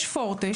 יש פורטה,